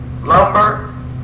lumber